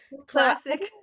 classic